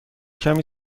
کمی